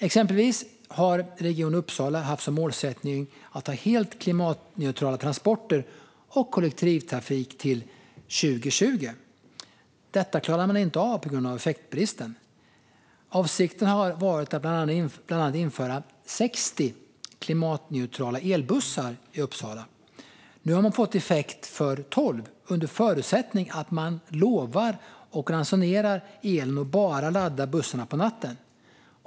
Exempelvis har Region Uppsala haft som målsättning att vara helt klimatneutral i transporter och kollektivtrafik till 2020. Detta klarade man inte av på grund av effektbristen. Avsikten har varit att bland annat införa 60 klimatneutrala elbussar i Uppsala. Nu har man fått effekt för 12, under förutsättning att man ransonerar elen och lovar att bara ladda bussarna på natten.